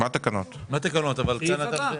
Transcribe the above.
הסעיף הבא.